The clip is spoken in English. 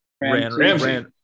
Ramsey